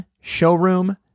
Showroom